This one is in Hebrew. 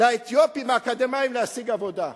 לאתיופים האקדמאים להשיג עבודה.